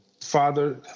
Father